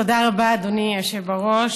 תודה רבה, אדוני היושב-ראש.